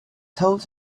told